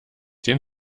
den